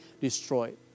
destroyed